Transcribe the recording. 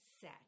set